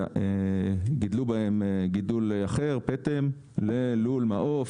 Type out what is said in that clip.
שגידלו בהם גידול אחר, פטם, ללול מעוף,